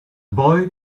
boy